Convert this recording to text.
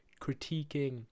critiquing